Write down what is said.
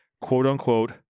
quote-unquote